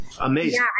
amazing